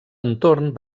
entorn